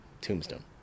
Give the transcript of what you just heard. Tombstone